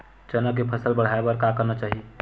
चना के फसल बढ़ाय बर का करना चाही?